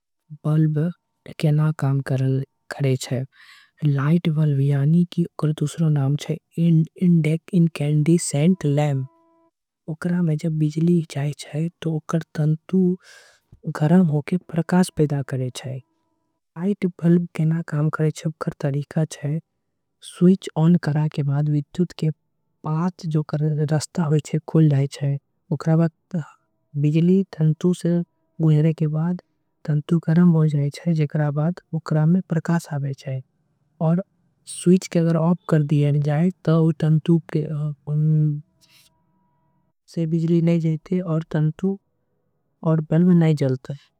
Light bulb ओकरा दुसर नाम छे इटकेंड लैंप ओकरा। मे जब बिजली जाई छे त ओकरा में तंतु गरम हो जाई। छे आऊर प्रकाश पैदा करे छे विद्युत के जाए के। बाद ओकरा में लगे विद्युत के पांच रास्ता खुल। जाई छे बिजली तंतु से गुजरे के बाद गरम हो। जाई छे जेकर बढ़ ओकरा में प्रकाश आई छे।